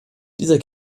dieser